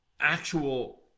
actual